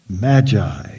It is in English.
Magi